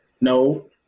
No